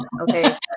Okay